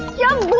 young